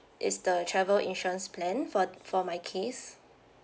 is the travel insurance plan for for my case